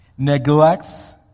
Neglects